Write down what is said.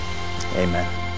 amen